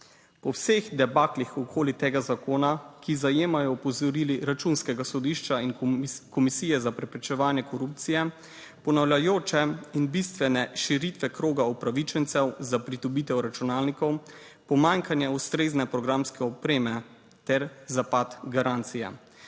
17.10** (nadaljevanje) zajemajo opozorili Računskega sodišča in Komisije za preprečevanje korupcije, ponavljajoče in bistvene širitve kroga upravičencev za pridobitev računalnikov, pomanjkanje ustrezne programske opreme ter zapad garancije,